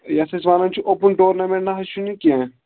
یَتھ أسۍ وَنان چھِ اوٚپُن ٹورنامٮ۪نٛٹ نہ حظ چھُنہٕ یہِ کیٚنٛہہ